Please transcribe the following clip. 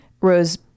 Rose